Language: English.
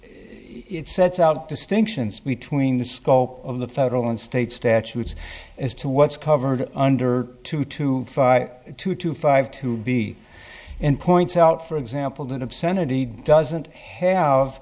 sets out distinctions between the scope of the federal and state statutes as to what's covered under two two two two five to be and points out for example that obscenity doesn't have